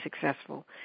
successful